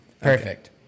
perfect